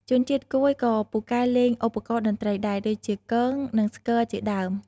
ជនជាតិកួយក៏ពូកែលេងឧបករណ៍តន្ត្រីដែរ ដូចជាគង និង ស្គរជាដើម។